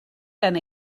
gen